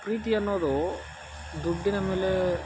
ಪ್ರೀತಿ ಅನ್ನೋದು ದುಡ್ಡಿನ ಮೇಲೆ